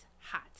hot